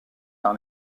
par